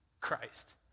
Christ